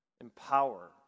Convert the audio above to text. empower